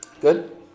Good